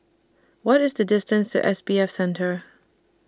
What IS The distance to S B F Center